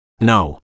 No